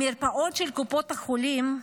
המרפאות של קופות החולים,